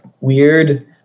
weird